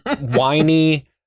whiny